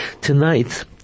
Tonight